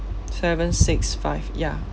seven six five ya